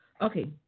Okay